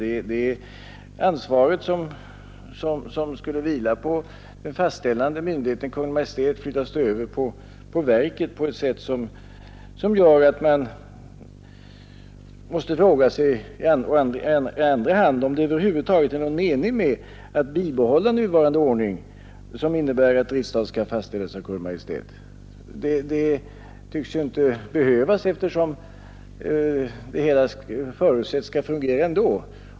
Ansvaret som skulle vila på Kungl. Maj:t flyttas över på verket på ett sätt som gör att man måste fråga sig i andra hand om det över huvud taget är någon mening med att bibehålla nuvarande ordning, som innebär att driftstaten skall fastställas av Kungl. Maj:t. Det tycks inte behövas, eftersom det hela förutsätts fungera ändå.